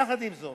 יחד עם זאת,